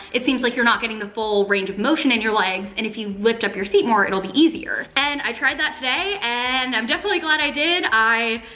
it seems like you're not getting the full range of motion in your legs, and if you lift up your seat more, it'll be easier. and i tried that today and i'm definitely glad i did. i,